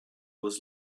was